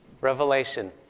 Revelation